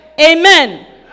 Amen